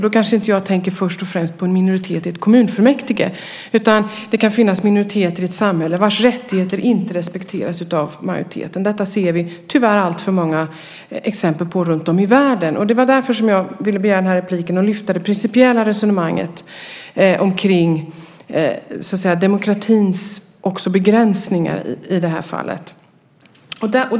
Då kanske jag inte först och främst tänker på en minoritet i ett kommunfullmäktige, utan det kan finnas minoriteter i ett samhälle vars rättigheter inte respekteras av majoriteten. Detta ser vi tyvärr alltför många exempel på runtom i världen. Det var därför som jag ville begära den här repliken och lyfta fram det principiella resonemanget omkring demokratins begränsningar i det här fallet.